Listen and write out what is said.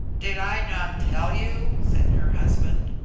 did i not tell you, said her husband,